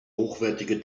hochwertige